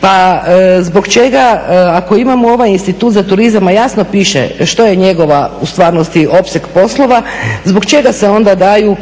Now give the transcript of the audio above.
Pa zbog čega ako imamo ovaj Institut za turizam, a jasno piše što je njegov u stvarnosti opseg poslova, zbog čega se onda daju